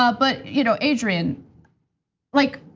ah but you know adrian like,